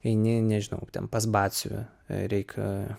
eini nežinau ten pas batsiuvį reiki